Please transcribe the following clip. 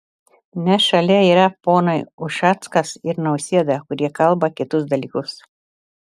nes šalia yra ponai ušackas ir nausėda kurie kalba kitus dalykus